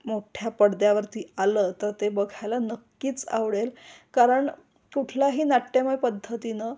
मोठ्ठ्या पडद्यावरती आलं तर ते बघायला नक्कीच आवडेल कारण कुठलाही नाट्यमय पद्धतीनं